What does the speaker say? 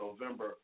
November